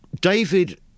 David